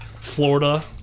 Florida